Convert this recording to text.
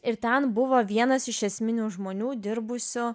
ir ten buvo vienas iš esminių žmonių dirbusių